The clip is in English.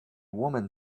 woman